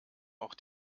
auch